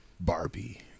Barbie